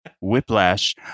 whiplash